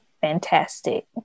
fantastic